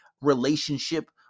relationship